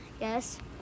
Yes